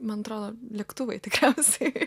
man atrodo lėktuvai tikriausiai